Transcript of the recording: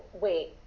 Wait